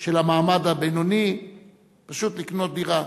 של המעמד הבינוני פשוט לקנות דירה,